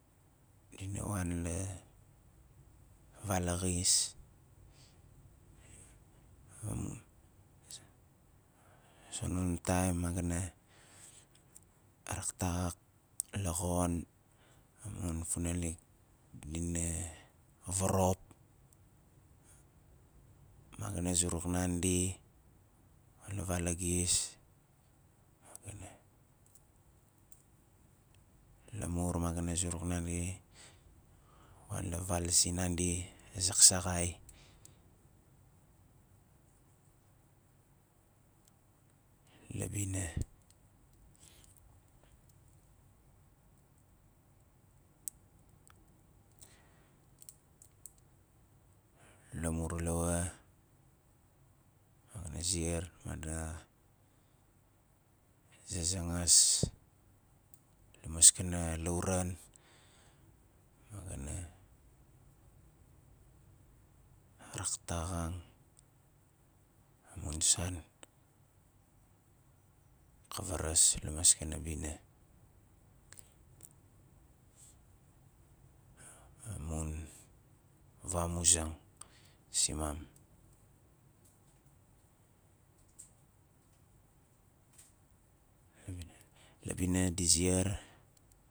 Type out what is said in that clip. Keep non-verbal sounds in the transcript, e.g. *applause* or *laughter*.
Dina wan la val axis *unintelligible* a zon- a zonon taim ma ga na raktak la xon amun funalik diva vorop ma ga na zuruk nandi wan la val axis ma ga na lamur ma ga na zuruk nandi ka wan la val zinandi saksaakxai la bina lamur lawa ma ga na ziar madina zazangas la maskana lauran ma ga na raktakxaan amun san ka varas la maskana bina amun vamuzang simam *unintelligible* la bina di ziar